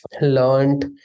learned